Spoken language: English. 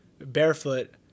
barefoot